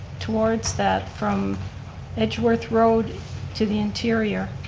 towards that from edgeworth road to the interior.